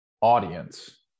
audience